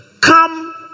come